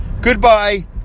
Goodbye